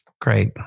Great